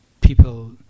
people